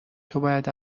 توباید